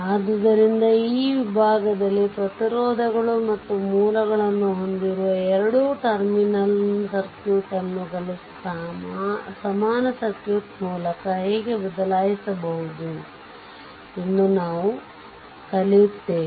ಆದ್ದರಿಂದ ಈ ವಿಭಾಗದಲ್ಲಿ ಪ್ರತಿರೋಧಗಳು ಮತ್ತು ಮೂಲಗಳನ್ನು ಹೊಂದಿರುವ ಎರಡು ಟರ್ಮಿನಲ್ ಸರ್ಕ್ಯೂಟ್ ಅನ್ನು ಕಲಿತ ಸಮಾನ ಸರ್ಕ್ಯೂಟ್ ಮೂಲಕ ಹೇಗೆ ಬದಲಾಯಿಸುವುದು ಎಂದು ನಾವು ಕಲಿಯುತ್ತೇವೆ